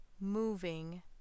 moving